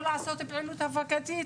לא לעשות פעילות הפגתית.